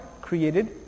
created